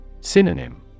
Synonym